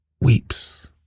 weeps